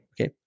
okay